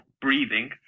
Breathing